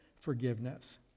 forgiveness